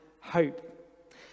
hope